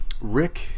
Rick